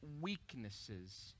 weaknesses